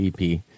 EP